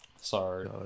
Sorry